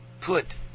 put